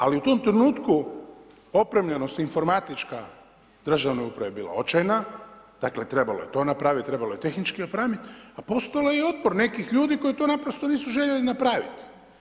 Ali u tom trenutku opremljenost informatička državne uprave je bila očajna, dakle trebalo je to napraviti, trebalo je tehnički opremiti, a postojao je i otpor nekih ljudi koji to naprosto nisu željeli napraviti.